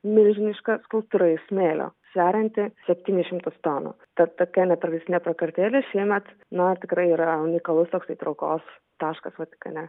milžiniška skulptūra iš smėlio sverianti septynis šimtus tonų tad tokia netradicinė prakartėlė šiemet na tikrai yra unikalus toksai traukos taškas vatikane